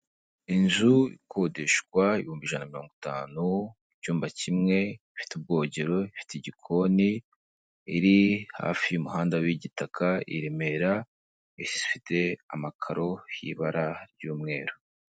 Inzu ikodeshwa ibihumbi ijana na mirongo itanu; icyumba kimwe, ifite ubwogero, ifite igikoni, iri hafi y'umuhanda w'gitaka i Remera, ifite amakaro y'ibara ry'umweru.